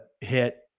hit